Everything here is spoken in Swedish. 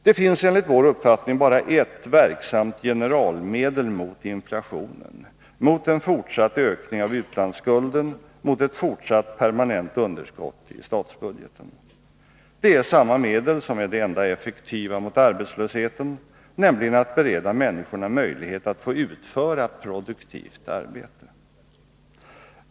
Det finns enligt vår uppfattning bara ett verksamt generalmedel mot inflationen, mot en fortsatt ökning av utlandsskulden, mot ett fortsatt permanent underskott i statsbudgeten. Det är samma medel som är det enda effektiva mot arbetslösheten, nämligen att bereda människorna möjlighet att få utföra produktivt arbete.